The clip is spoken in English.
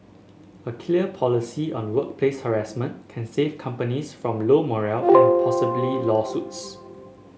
a clear policy on workplace harassment can save companies from low morale and possibly lawsuits